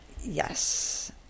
Yes